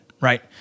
right